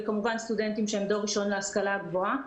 וכמובן סטודנטים שהם דור ראשון להשכלה הגבוהה.